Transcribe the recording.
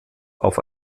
auf